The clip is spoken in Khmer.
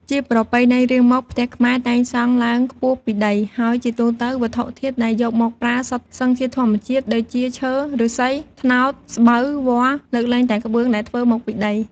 ជាប្រពៃណីរៀងមក ផ្ទះខ្មែរតែងសង់ឡើងខ្ពស់ពីដី ហើយជាទូទៅ វត្ថុធាតុដែលយកមកប្រើសុទ្ធសឹងជាធម្មជាតិ ដូចជាឈើ, ឫស្សី, ត្នោត, ស្បូវ, វល្លិ... លើកលែងតែក្បឿងដែលធ្វើមកពីដី។